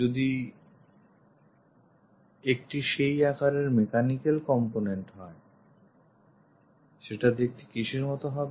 যদি একটি সেই আকারের mechanical component হয় সেটা দেখতে কিসের মত হবে